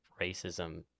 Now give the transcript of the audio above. racism